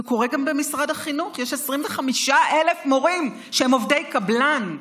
זה קורה גם במשרד החינוך: יש 25,000 מורים שהם עובדי קבלן,